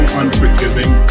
unforgiving